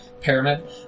pyramid